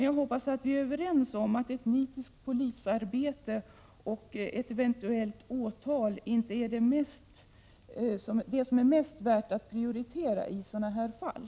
Jag hoppas att vi är överens om att ett nitiskt polisarbete och ett eventuellt åtal inte är det som är mest värt att prioritera i sådana här fall.